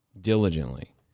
diligently